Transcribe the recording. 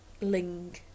Ling